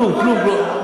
כלום, כלום.